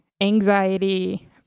anxiety